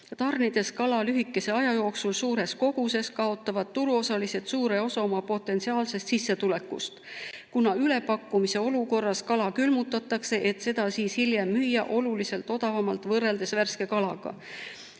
Tarnides kala lühikese aja jooksul suures koguses kaotavad turuosalised suure osa oma potentsiaalsest sissetulekust, kuna ülepakkumise olukorras kala külmutatakse, et seda siis hiljem müüa oluliselt odavamalt võrreldes värske kalaga.